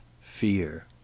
fear